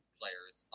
players